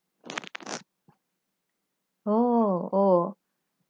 oh [oh}